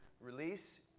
release